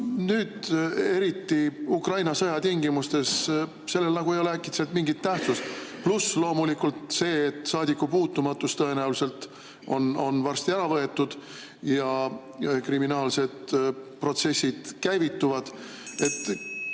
nüüd, eriti Ukraina sõja tingimustes, sellel ei ole äkitselt mingit tähtsust. Pluss loomulikult see, et saadikupuutumatus tõenäoliselt on talt varsti ära võetud ja kriminaalsed protsessid käivituvad.